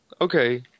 okay